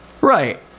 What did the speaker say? Right